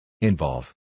Involve